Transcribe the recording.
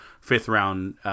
fifth-round